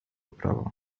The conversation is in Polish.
prawa